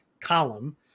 column